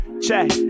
check